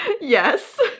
yes